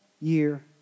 year